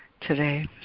today